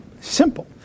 Simple